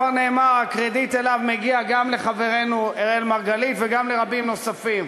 כבר נאמר: הקרדיט עליו מגיע גם לחברנו אראל מרגלית וגם לרבים נוספים.